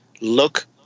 look